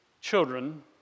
Children